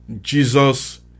Jesus